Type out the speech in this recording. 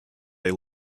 they